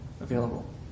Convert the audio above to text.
available